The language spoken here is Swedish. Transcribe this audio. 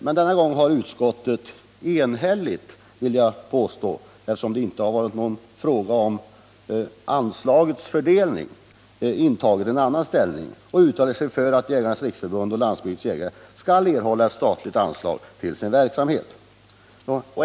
Men denna gång har utskottet enhälligt, vill jag påstå, i varje fall när det gäller fördelning av anslag intagit en annan ståndpunkt och uttalat sig för att Jägarnas riksförbund-Landsbygdens jägare skall erhålla ett statligt anslag för sin verksamhet.